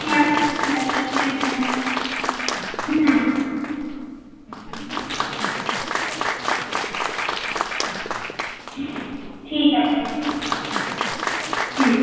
হ্যাঁ ঠিক আছে আচ্ছা হ্যাঁ হ্যাঁ ঠিক আছে হুম